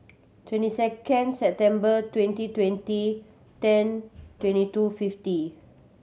twenty second September twenty twenty ten twenty two fifty